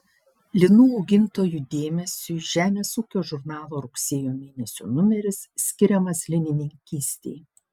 linų augintojų dėmesiui žemės ūkio žurnalo rugsėjo mėnesio numeris skiriamas linininkystei